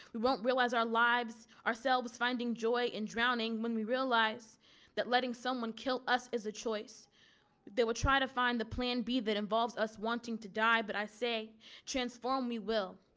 we won't realize our lives ourselves finding joy in drowning when we realize that letting someone kill us is a choice they will try to find the plan b that involves us wanting to die. but i say transform we will.